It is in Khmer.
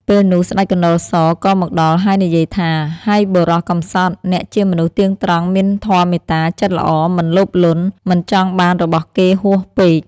ពេលនោះ ស្តេចកណ្តុរសក៏មកដល់ ហើយនិយាយថា ហៃបុរស កំសត់ !អ្នកជាមនុស្សទៀងត្រង់មានធម៌មេត្តា ចិត្តល្អ មិនលោភលន់ មិនចង់បានរបស់គេហួសពេក ។